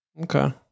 Okay